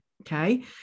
Okay